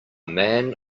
man